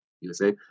USA